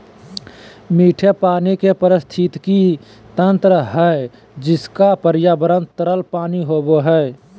मीठे पानी के पारिस्थितिकी तंत्र हइ जिनका पर्यावरण तरल पानी होबो हइ